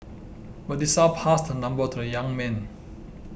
Melissa passed her number to the young man